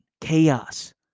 Chaos